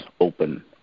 open